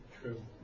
True